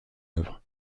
œuvre